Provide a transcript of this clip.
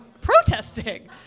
protesting